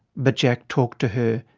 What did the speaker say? but jack, talk to her,